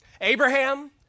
Abraham